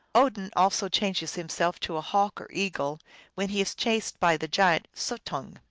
odin also changes himself to a hawk or eagle when he is chased by the giant suttung.